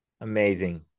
amazing